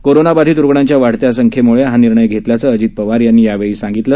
कोरोनाबाधित रुग्णांच्या वाढत्या संख्यामुळे हा निर्णय घेतल्याचं अजित पवार यांनी यावेळी सांगितलं